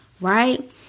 Right